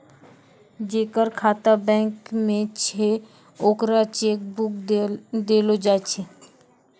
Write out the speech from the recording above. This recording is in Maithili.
जेकर खाता बैंक मे छै ओकरा चेक बुक देलो जाय छै